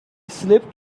slipped